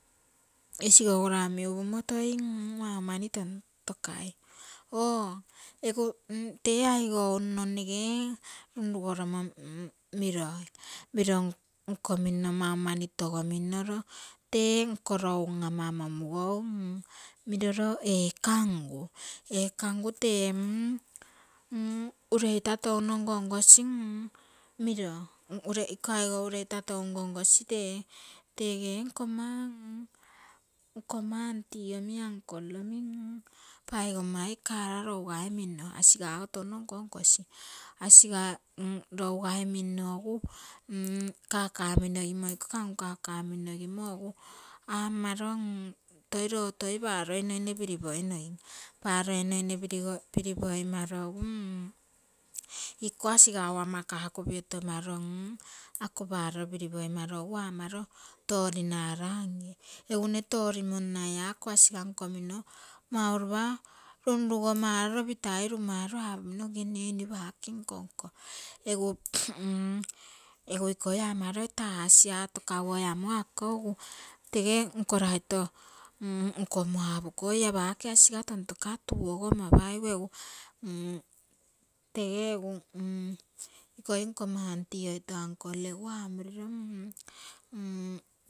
Isigou girai omi upumo toi mau mani tontokai oo egu tee aigou nno nege runrugoromo oniroimiro nkomino mau mani togominoro, tee nkoro um, ama momugou, miroro ee kangu, ee kangu tee ureita touno ngo ngosi miro, iko aigou ureita touno ngo ngo si tee, tege nkomma aunty omi uncle omi paigommai kara lougai minno asiga ogo touno nkonkosi. asiga lougai minno egu kakaminogimo iko kangu, kangu kakaminogimo egu amoro lo egu toi paroi noine piripoinogim, paroi noine piripoimaro egu iko asigau ama kaku piotomaro, ako paro piripoimaro egu amo torinara ngii, egu mne torimonnai oiko asiga nkomino mau lopa runrugomaro, lope tai rumaro apomino ege nne oii mne pake nkonko egu ikoi amaro taa asiga toka guoi amo ako egu tege nkoraito nkomo pokuo oii ia pake asiga tontoka tuu ogo ama paigu egu, tege egu ikoi nkamma aunty oito uncle egu amuriro.